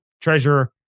treasurer